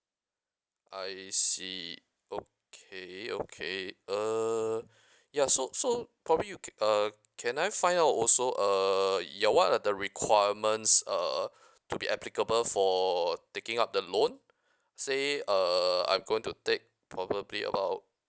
I see okay okay uh ya so so probably you ca~ uh can I find out also uh ya what are the requirements uh to be applicable for taking up the loan say uh I'm going to take probably about